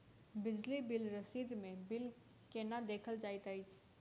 बिजली बिल रसीद मे बिल केना देखल जाइत अछि?